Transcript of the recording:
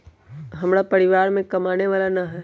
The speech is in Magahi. हमरा परिवार में कमाने वाला ना है?